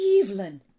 Evelyn